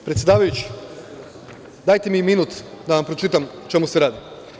Predsedavajući, dajte mi minuta da vam pročitam o čemu se radi.